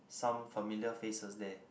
some familiar faces there